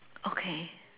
okay